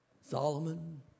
Solomon